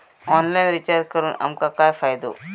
Online recharge करून आमका काय फायदो?